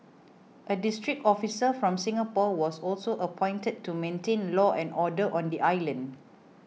a district officer from Singapore was also appointed to maintain law and order on the island